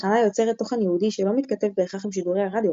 התחנה יוצרת תוכן ייעודי שלא מתכתב בהכרח עם שידור הרדיו,